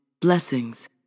blessings